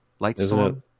Lightstorm